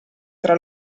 tra